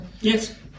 Yes